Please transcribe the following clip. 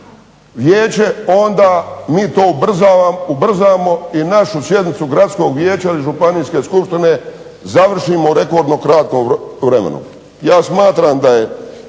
vijeće onda mi to ubrzamo i našu sjednicu gradskog vijeća ili županijske skupštine završimo u rekordno kratkom vremenu. Ja smatram da je